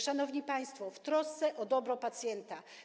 Szanowni państwo, w trosce o dobro pacjenta.